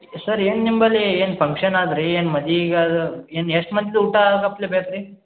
sir ಏನು ನಿಂಬಲ್ಲಿ ಏನು ಫಂಕ್ಷನ್ ಆದ್ರಿ ಏನು ಮದಿ ಈಗ ಅದು ಏನು ಎಷ್ಟು ಮಂದಿದು ಊಟ ಹಪ್ಲೆ ಬೇಕು ರೀ